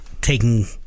taking